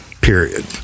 period